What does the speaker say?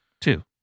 Two